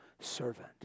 servant